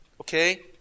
okay